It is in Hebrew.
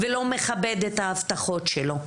ולא מכבד את ההבטחות שלו.